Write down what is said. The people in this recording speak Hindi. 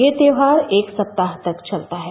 यह त्यौहार एक सप्ताह तक चलता है